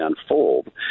unfold